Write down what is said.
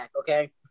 okay